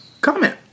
comment